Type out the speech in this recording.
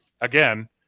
again